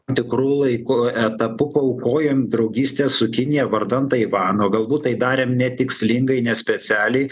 tikru laiku etapu paaukojom draugystę su kinija vardan taivano galbūt tai darėm netikslingai nespecialiai